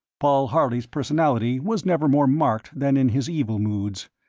paul harley's personality was never more marked than in his evil moods.